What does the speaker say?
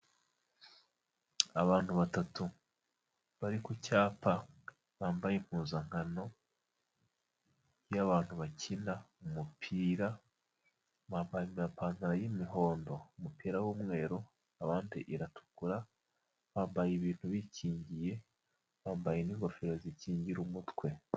Abantu batatu bari ku cyapa bambaye impuzankano y'abantu bakina umupira, bambaye amapantaro y'imihondo umupira w'umweru abandi iratukura, bambaye ibintu bikingiye bambaye n'ingofero zikingira umutwe.